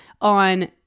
on